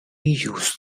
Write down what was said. use